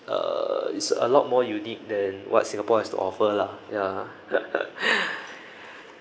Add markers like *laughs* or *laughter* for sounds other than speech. err it's a lot more unique than what singapore has to offer lah ya *laughs*